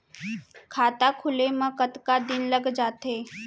खाता खुले में कतका दिन लग जथे?